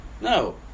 No